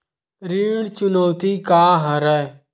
ऋण चुकौती का हरय?